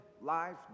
life